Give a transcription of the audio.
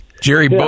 Jerry